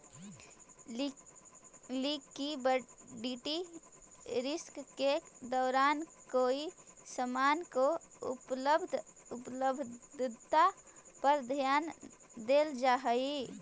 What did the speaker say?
liquidity risk के दौरान कोई समान के उपलब्धता पर ध्यान देल जा हई